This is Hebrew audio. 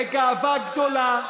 בגאווה גדולה,